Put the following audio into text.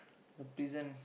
the prison